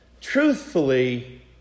Truthfully